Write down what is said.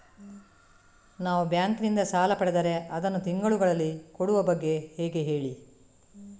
ನಾವು ಬ್ಯಾಂಕ್ ನಿಂದ ಸಾಲ ಪಡೆದರೆ ಅದನ್ನು ತಿಂಗಳುಗಳಲ್ಲಿ ಕೊಡುವ ಬಗ್ಗೆ ಹೇಗೆ ಹೇಳಿ